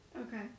Okay